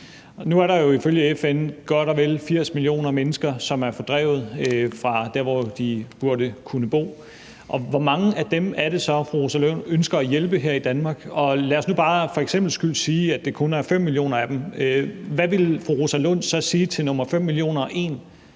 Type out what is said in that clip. Nu er der jo ifølge FN godt og vel 80 millioner mennesker, som er fordrevet fra der, hvor de burde kunne bo. Og hvor mange af dem er det så, fru Rosa Lund ønsker at hjælpe her i Danmark? Lad os nu bare for eksemplets skyld sige, at det kun er 5 millioner af dem – hvad ville fru Rosa Lund så sige til nr. 5.000.001, når